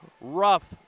rough